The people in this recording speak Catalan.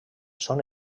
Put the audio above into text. són